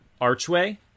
archway